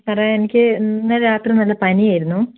സാറെ എനിക്ക് ഇന്ന് രാത്രി നല്ല പനിയായിരുന്നു